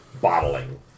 bottling